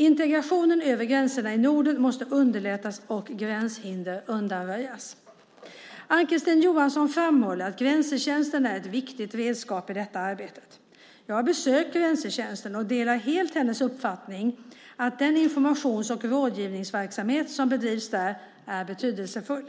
Integrationen över gränserna i Norden måste underlättas och gränshinder undanröjas. Ann-Kristine Johansson framhåller att Grensetjänsten är ett viktigt redskap i detta arbete. Jag har besökt Grensetjänsten och delar helt hennes uppfattning att den informations och rådgivningsverksamhet som där bedrivs är betydelsefull.